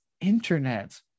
internet